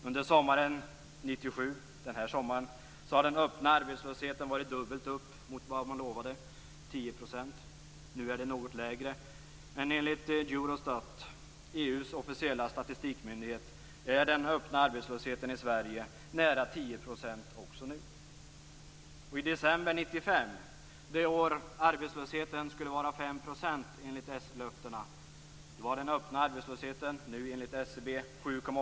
Under sommaren 1997 har den öppna arbetslösheten varit dubbelt upp mot vad man lovade, nämligen 10 %. Nu är den något lägre, men enligt Eurostat - EU:s officiella statistikmyndighet - är den öppna arbetslösheten i Sverige nära 10 % också nu. I december 1995 - det år arbetslösheten skulle vara 5 %, enligt s-löftena - var den öppna arbetslösheten 7,8 %, enligt SCB.